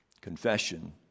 confession